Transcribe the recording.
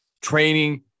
training